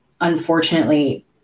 unfortunately